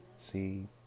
See